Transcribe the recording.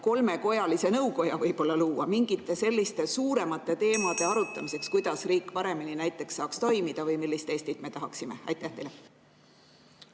kolmekojalise nõukoja (Juhataja helistab kella.) mingite selliste suuremate teemade arutamiseks, kuidas riik paremini näiteks saaks toimida või millist Eestit me tahaksime? Margit